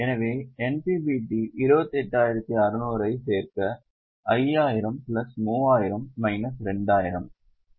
எனவே NPBT 28600 ஐ சேர்க்க 5000 பிளஸ் 3000 மைனஸ் 2000